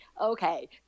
Okay